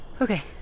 Okay